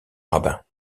rabbins